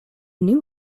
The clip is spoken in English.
new